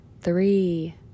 three